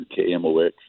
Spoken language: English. KMOX